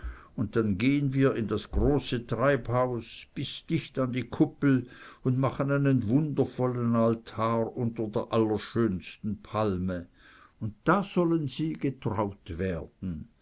und dann gehen wir in das große treibhaus bis dicht an die kuppel und machen einen wundervollen altar unter der allerschönsten palme und da sollen sie getraut werden